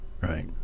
right